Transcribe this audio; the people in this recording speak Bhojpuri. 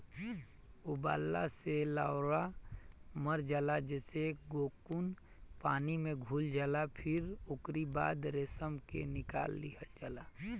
उबालला से लार्वा मर जाला जेसे कोकून पानी में घुल जाला फिर ओकरी बाद रेशम के निकाल लिहल जाला